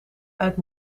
uit